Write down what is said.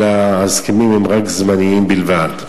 אלא ההסכמים הם זמניים בלבד.